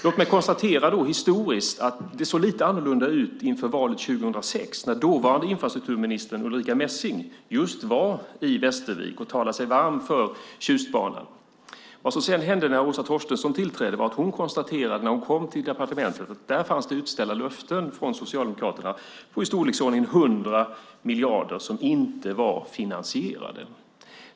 Låt mig konstatera, med en historisk tillbakablick, att det såg lite annorlunda ut inför valet 2006, när dåvarande infrastrukturministern Ulrica Messing var just i Västervik och talade sig varm för Tjustbanan. Det som sedan hände när Åsa Torstensson tillträdde var att hon konstaterade, när hon kom till departementet, att det där fanns utställda löften från Socialdemokraterna på i storleksordningen 100 miljarder som inte var finansierade.